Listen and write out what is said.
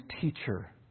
Teacher